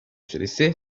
süresi